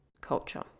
culture